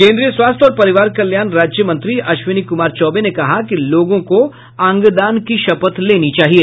केन्द्रीय स्वास्थ्य और परिवार कल्याण राज्य मंत्री अश्विनी कुमार चौबे ने कहा कि लोगों को अंगदान की शपथ लेनी चाहिए